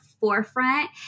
forefront